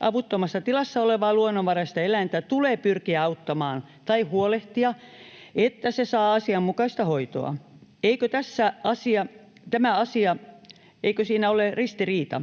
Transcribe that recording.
avuttomassa tilassa olevaa luonnonvaraista eläintä tulee pyrkiä auttamaan tai huolehtia, että se saa asianmukaista hoitoa. Eikö tässä asiassa ole ristiriita?